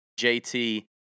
jt